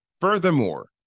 Furthermore